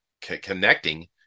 connecting